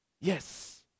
Yes